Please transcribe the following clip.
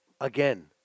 Again